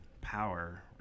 power